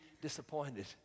disappointed